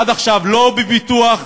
עד עכשיו, לא פיתוח,